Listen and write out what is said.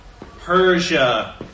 Persia